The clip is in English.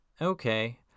Okay